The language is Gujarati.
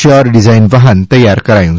શયોર ડિઝાઈન વાહન તૈયાર કરાયું છે